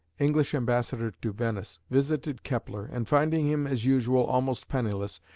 english ambassador to venice, visited kepler, and finding him as usual, almost penniless,